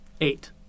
Eight